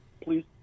please